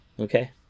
Okay